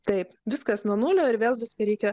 taip viskas nuo nulio ir vėl viską reikia